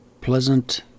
pleasant